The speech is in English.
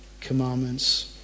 commandments